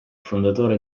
fondatore